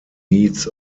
needs